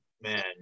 man